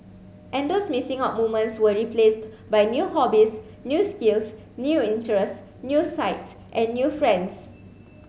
and those missing out moments were replaced by new hobbies new skills new interests new sights and new friends